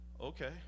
okay